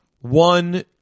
one